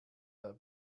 der